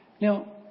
Now